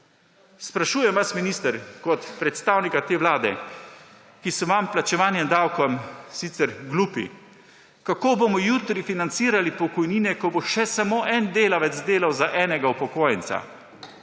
Sprašujem vas, minister, kot predstavnika te vlade, ki vam je plačevanje davkov sicer glupo, kako bomo jutri financirali pokojnine, ko bo samo še en delavec delal za enega upokojenca.